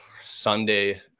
Sunday